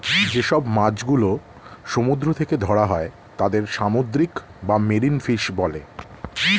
যে সব মাছ গুলো সমুদ্র থেকে ধরা হয় তাদের সামুদ্রিক বা মেরিন ফিশ বলে